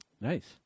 Nice